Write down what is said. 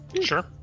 Sure